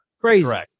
Crazy